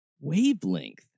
wavelength